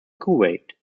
kuwait